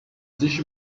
sich